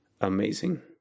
amazing